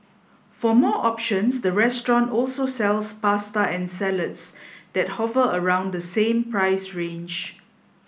for more options the restaurant also sells pasta and salads that hover around the same price range